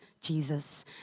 Jesus